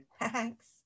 Thanks